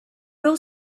will